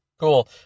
Cool